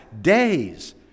days